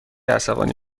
عصبانی